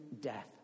death